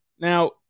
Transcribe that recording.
Now